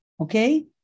okay